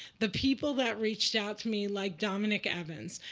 the people that reached out to me, like dominick evans.